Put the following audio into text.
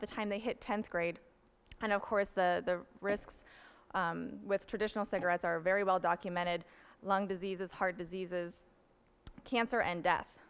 the time they hit tenth grade and of course the risks with traditional cigarettes are very well documented lung diseases heart diseases cancer and death